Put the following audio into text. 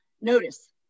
Notice